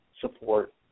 support